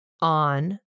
On